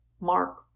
Mark